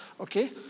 Okay